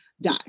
die